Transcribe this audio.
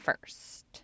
first